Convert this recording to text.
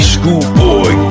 Schoolboy